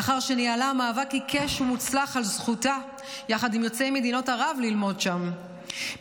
לאחר שניהלה מאבק עיקש ומוצלח על זכותה ללמוד שם,